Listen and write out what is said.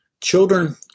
Children